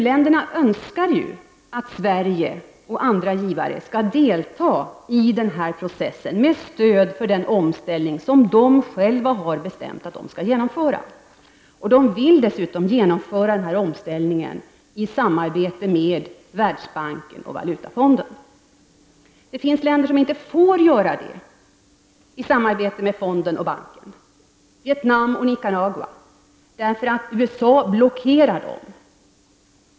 U-länderna önskar ju att Sverige och andra givare skall delta i denna process med stöd för den omställning som de själva har bestämt att de skall genomföra. Vi vill dessutom genomföra denna omställning i samarbete med Världsbanken och Valutafonden. Det finns länder som inte kan göra denna omställning i samarbete med Världsbanken och Valutafonden — Vietnam och Nicaragua. USA blockerar länderna.